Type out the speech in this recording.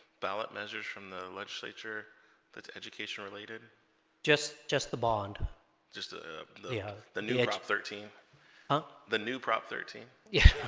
ballot measures from the legislature that's education related just just the bond just ah the yeah the new thirteen huh the new prop thirteen yeah